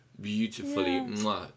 beautifully